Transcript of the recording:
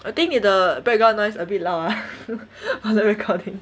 I think the background noise a bit loud ah on the recording